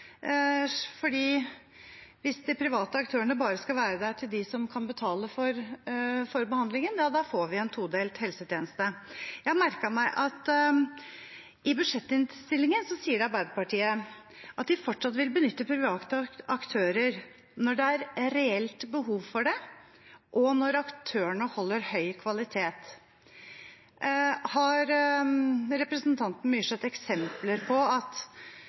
hvis de private aktørene bare skal være der for dem som kan betale for behandlingen, får vi en todelt helsetjeneste. Jeg merket meg at i budsjettinnstillingen sier Arbeiderpartiet at de fortsatt vil benytte private aktører «når det er reelt behov for det og når aktørene holder høy kvalitet». Har representanten Myrseth eksempler på at